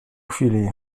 chwili